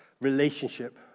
relationship